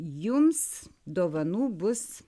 jums dovanų bus